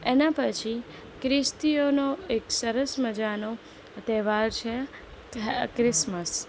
એના પછી ખ્રિસ્તીઓનો એક સરસ મજાનો તહેવાર છે ક્રિસમસ